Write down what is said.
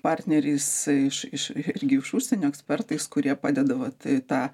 partneriais iš iš irgi iš užsienio ekspertais kurie padeda vat tą